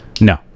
No